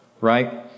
right